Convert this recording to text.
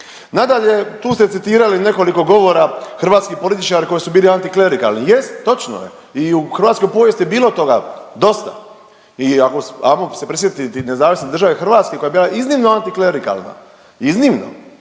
Nadalje, tu ste citirali nekoliko govora hrvatskih političara koji su bili antiklerikalni, jest točno je i u hrvatskoj povijesti je bilo toga dosta i ajmo se prisjetiti Nezavisne države Hrvatske koja je bila iznimno antiklerikalna, iznimno.